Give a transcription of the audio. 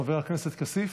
חבר הכנסת כסיף,